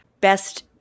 best